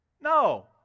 No